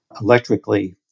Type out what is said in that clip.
electrically